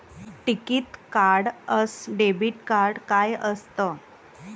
टिकीत कार्ड अस debit card काय असत?